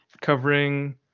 covering